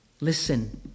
Listen